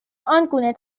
آنگونه